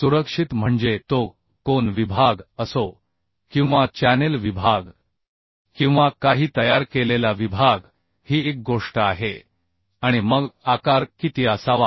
सुरक्षित म्हणजे तो कोन विभाग असो किंवा चॅनेल विभाग किंवा काही तयार केलेला विभाग ही एक गोष्ट आहे आणि मग आकार किती असावा